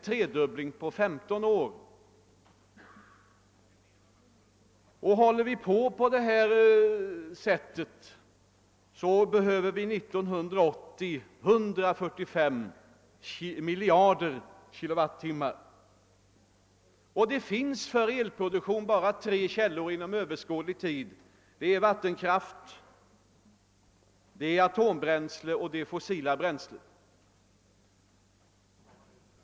På 15 år har förbrukningen alltså blivit tre gånger så stor. Om vi fortsätter i samma takt behöver vi år 1980 145 miljarder kWh för vår konsumtion. Det finns för elproduktion inom överskådlig tid bara tre källor, nämligen vattenkraft, atombränsle och = fossila bränslen.